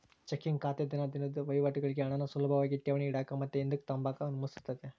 checking ಖಾತೆ ದಿನ ದಿನುದ್ ವಹಿವಾಟುಗುಳ್ಗೆ ಹಣಾನ ಸುಲುಭಾಗಿ ಠೇವಣಿ ಇಡಾಕ ಮತ್ತೆ ಹಿಂದುಕ್ ತಗಂಬಕ ಅನುಮತಿಸ್ತತೆ